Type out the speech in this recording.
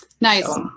Nice